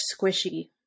squishy